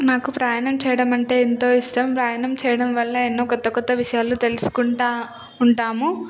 నాకు ప్రయాణం చేయడం అంటే ఎంతో ఇష్టం ప్రయాణం చేయడం వల్ల ఎన్నో కొత్త కొత్త విషయాలు తెలుసుకుంటూ ఉంటాము